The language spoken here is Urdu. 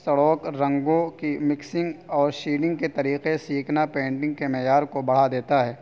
سووک رنگوں کی مکسنگ اور شیلینگ کے طریقے سیکھنا پینٹنگ کے معیار کو بڑھا دیتا ہے